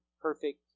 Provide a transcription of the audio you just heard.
perfect